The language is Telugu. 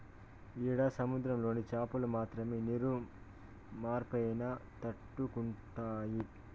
ఈడ సముద్రంలోని చాపలు మాత్రమే నీరు మార్పైనా తట్టుకుంటాయి